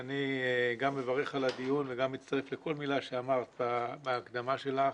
אני גם מברך על הדיון וגם מצטרף לכל מילה שאמרת בהקדמה שלך.